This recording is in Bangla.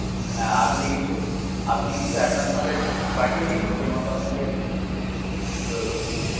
হ্যাঁ আপনি কিছু আপনি কিছু অ্যাডভান্স আমাদের পাঠিয়ে দিন সেই মতো আপনাকে করে দেব